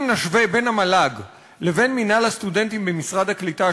אם נשווה בין המל"ג לבין מינהל הסטודנטים במשרד העלייה והקליטה,